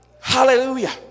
hallelujah